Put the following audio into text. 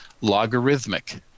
logarithmic